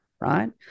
right